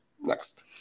Next